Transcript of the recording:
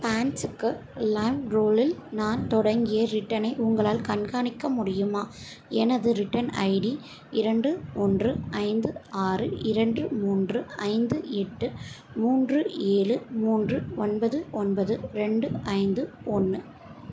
பேண்ட்ஸுக்கு லேம்க்ரோடில் நான் தொடங்கிய ரிட்டர்னை உங்களால் கண்காணிக்க முடியுமா எனது ரிட்டர்ன் ஐடி இரண்டு ஒன்று ஐந்து ஆறு இரண்டு மூன்று ஐந்து எட்டு மூன்று ஏழு மூன்று ஒன்பது ஒன்பது ரெண்டு ஐந்து ஒன்று